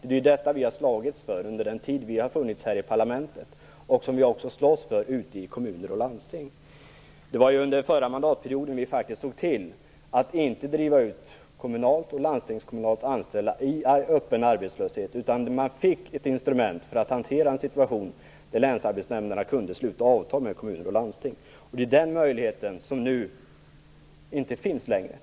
Det är ju detta vi har slagits för under den tid vi har funnits här i parlamentet. Vi slåss också för detta ute i kommuner och landsting. Under den förra mandatperioden såg vi faktiskt till att inte driva ut kommunalt och landstingskommunalt anställda i öppen arbetslöshet, utan man fick ett instrument för att länsarbetsnämnderna skulle kunna sluta avtal med kommuner och landsting. Det är den möjligheten som inte finns längre.